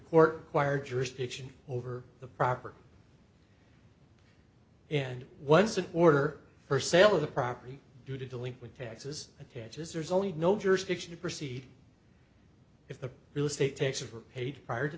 court choir jurisdiction over the property and once an order for sale of the property due to delinquent taxes attaches or is only no jurisdiction to proceed if the real estate taxes were paid prior to